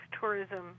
tourism